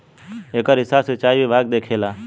एकर हिसाब सिचाई विभाग देखेला